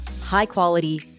high-quality